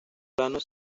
planos